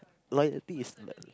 loyalty is not